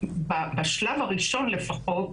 בשלב הראשון לפחות,